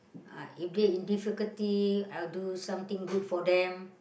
uh if they in difficulty I'll do something good for them